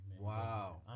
Wow